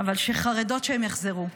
אבל חרדות שהם יחזרו.